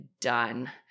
done